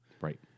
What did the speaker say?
Right